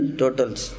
totals